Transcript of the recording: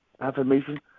Affirmation